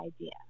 idea